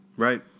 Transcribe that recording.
Right